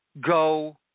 go